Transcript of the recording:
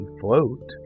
float